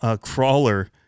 crawler